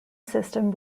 system